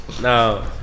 No